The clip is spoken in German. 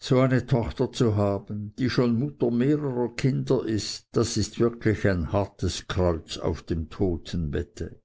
so eine tochter zu haben die schon mutter mehrerer kinder ist das ist wirklich ein hartes kreuz auf dem totenbette